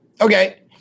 Okay